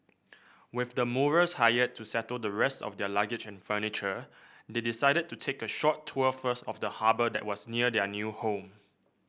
with the movers hired to settle the rest of their luggage and furniture they decided to take a short tour first of the harbour that was near their new home